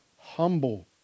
humble